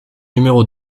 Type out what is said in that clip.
numéros